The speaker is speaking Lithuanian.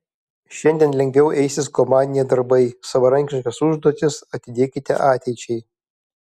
šiandien lengviau eisis komandiniai darbai savarankiškas užduotis atidėkite ateičiai